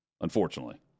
unfortunately